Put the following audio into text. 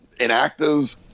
inactive